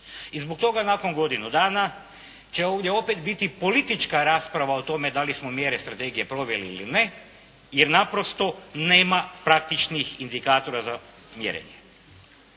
I zbog toga nakon godinu dana će ovdje opet biti politička rasprava o tome da li smo mjere strategije proveli i li ne, jer naprosto nema praktičnih indikatora za mjerenje.